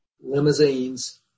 limousines